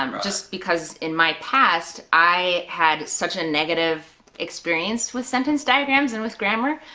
um just because in my past, i had such a negative experience with sentence diagrams and with grammar,